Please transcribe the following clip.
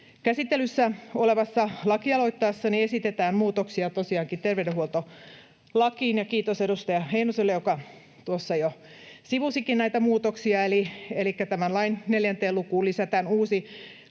Käsittelyssä olevassa lakialoitteessani esitetään muutoksia tosiaankin terveydenhuoltolakiin, ja kiitos edustaja Heinoselle, joka tuossa jo sivusikin näitä muutoksia. Eli tämän lain 4 lukuun lisätään uusi